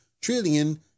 trillion